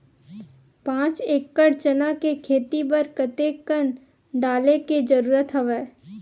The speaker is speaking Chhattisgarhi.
पांच एकड़ चना के खेती बर कते कन डाले के जरूरत हवय?